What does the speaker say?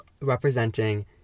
representing